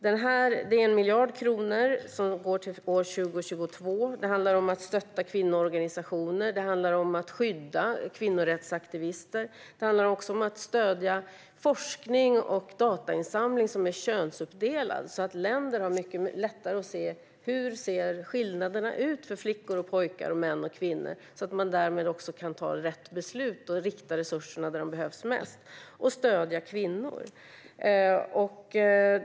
Det läggs 1 miljard kronor till år 2022. Det handlar om att stötta kvinnoorganisationer. Det handlar om att skydda kvinnorättsaktivister. Det handlar också om att stödja forskning och datainsamling som är könsuppdelad, så att länder har mycket lättare att se hur skillnaderna ser ut mellan flickor och pojkar och mellan män och kvinnor. Därmed kan man också ta rätt beslut och rikta resurserna dit där de behövs mest för att stödja kvinnor.